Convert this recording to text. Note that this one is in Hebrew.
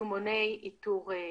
יישומוני איתור מגעים,